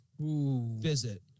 visit